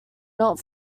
not